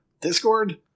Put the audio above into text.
Discord